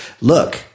look